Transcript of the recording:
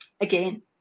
again